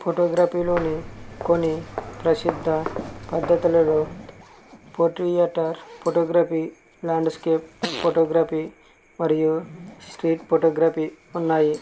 ఫోటోగ్రపీలోని కొన్ని ప్రసిద్ధ పద్ధతులలో పోట్రేట్ ఫోటోగ్రఫీ లాండ్స్కేప్ ఫోటోగ్రఫీ మరియు స్ట్రీట్ ఫోటోగ్రఫీ ఉన్నాయి